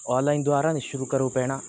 online द्वारा निःशुल्करूपेण